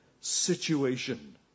situation